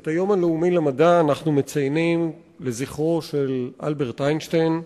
את היום הלאומי למדע אנחנו מציינים לזכרו של אלברט איינשטיין,